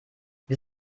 wir